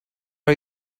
are